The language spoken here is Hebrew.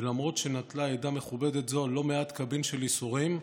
ולמרות שנטלה עדה מכובדת זו לא מעט קבין של ייסורים,